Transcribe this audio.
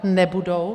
Nebudou.